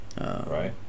right